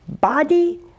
body